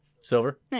Silver